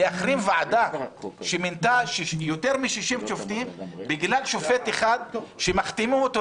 להחרים ועדה שמינתה יותר מ-60 שופטים בגלל שופט אחד שמכתימים אותו.